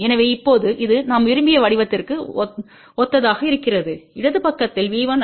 எனவே இப்போது இது நாம் விரும்பிய வடிவத்திற்கு ஒத்ததாக இருக்கிறது இடது பக்கத்தில்V1I1 வலதுகை பக்கம் V2I2